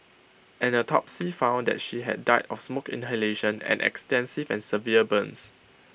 an autopsy found that she had died of smoke inhalation and extensive and severe burns